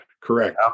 Correct